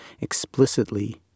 explicitly